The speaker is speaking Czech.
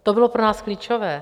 To bylo pro nás klíčové.